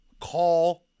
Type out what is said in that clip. call